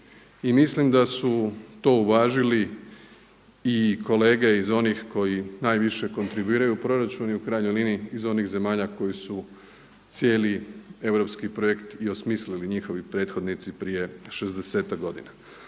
mislim da su to uvažili i kolege iz onih koji najviše kontribuiraju proračun i u krajnjoj liniji iz onih zemalja koji su cijeli europski projekt i osmisli njihovi prethodnici prije šezdesetak